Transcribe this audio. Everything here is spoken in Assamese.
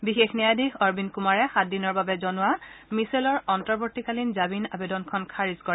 বিশেষ ন্যায়াধীশ অৰবিন্দ কুমাৰে সাতদিনৰ বাবে জনোৱা মিছেলৰ অন্তৰ্বৰ্তীকালীন জামিন আবেদনখন খাৰিজ কৰে